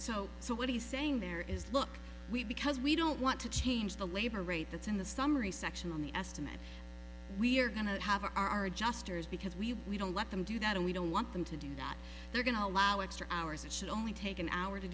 so so what he's saying there is look we because we don't want to change the labor rate that's in the summary section on the estimate we're going to have our adjusters because we we don't let them do that and we don't want them to do not they're going to allow extra hours it should only take an hour to